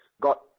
got